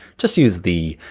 just use the,